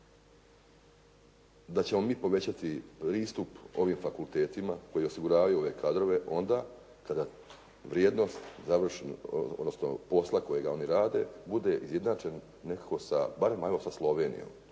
da ćemo mi povećati pristup ovim fakultetima koji osiguravaju ove kadrove onda kada vrijednost posla kojega oni rade bude izjednačen nekako barem sa Slovenijom.